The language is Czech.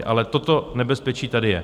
Ale toto nebezpečí tady je.